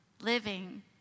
living